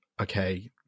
okay